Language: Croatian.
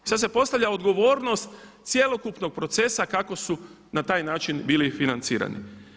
I sad se postavlja odgovornost cjelokupnog procesa kako su na taj način bili financirani.